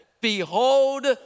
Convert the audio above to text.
behold